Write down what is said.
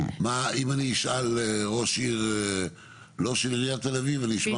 אם אני אשאל ראש עיר לא של עיריית תל אביב, נשמע?